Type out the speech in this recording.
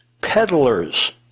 peddlers